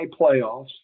playoffs